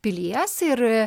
pilies ir